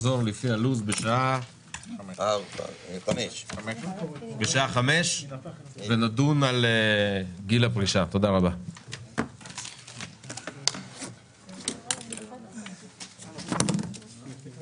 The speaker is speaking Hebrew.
הישיבה